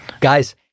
Guys